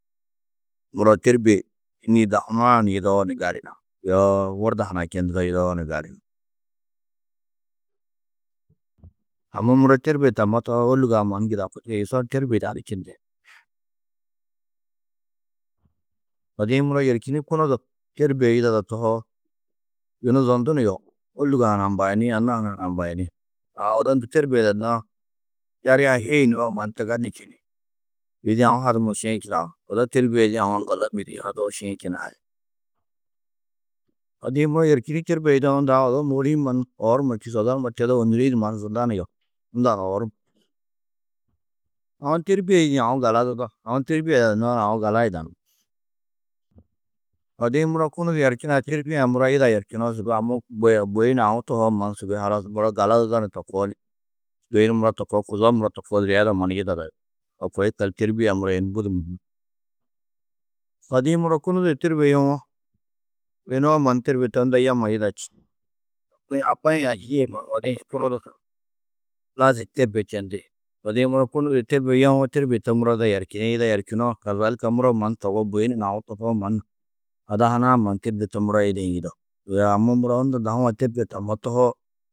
muro têrbie dahu hunaã yidawo ni gali na, yoo wurda hunã čendudo yidawo ni gali. Amma muro têrbie tammo tohoo, ôlugo-ã mannu njudaku dige, yuson têrbie yidanú čindi. Odi-ĩ muro yerčinî kunu du têrbie yidado tohoo, yunu zondu ni yohú, ôlugo-ã ha ni ambayini, anna-ã ha ni ambayini. Aa odo nû têrbie yidannãá, hiyunoo mannu tiganî čî, mêdi aũ haduma šiĩ činaá. Odo têrbie yidĩ aũ aŋgallo mêdi yuhadoo šiĩ. Odi-ĩ muro yerčinî têrbie yidawo, unda aũ odo môori-ĩ mannu oor numa čûsu, odo numa tedoo, ônuri-ĩ du mannu zunda ni yohú. Unda ni oor numa čûsu. Aũ têrbie yidĩ aũ galadudo, aũ têrbie yidanãá aũ gala yidanú. odo muro kunu du yerčinã têrbie-ã muro yida yerčunoo, sûgoi amma bu- buyunã aũ tohoo mannu sûgoi halas muro galadudo ni to koo di yunu muro to koo, kuzo muro to koo ziyeda mannu yidado yugó. To koo yikaldu têrbie-ã muro yunu budi mûhim. Odi-ĩ muro kunu du têrbie yewo, enou mannu têrbie to unda yemma yida čî. Nû abba yê ayî yê odi-ĩ hi kunu du lazim têrbie čendi. Odi-ĩ muro kunu du têrbie yewo, têrbie to muro yida yerčini, yida yerčunoo, kezelika muro mannu togo buyunu ni aũ tohoo mannu ada hunã mannu têrbie to muro yidĩ yidao. Yoo amma muro unda dahu-ã têrbie tammo tohoo